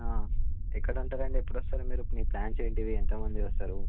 ఎక్కడ ఉంటారు అండి ఎప్పుడు వస్తారు మీరు మీ ప్లాన్స్ ఏంటిది ఎంత మంది వస్తారు